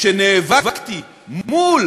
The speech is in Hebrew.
כשנאבקתי מול